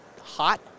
Hot